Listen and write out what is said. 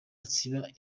asiba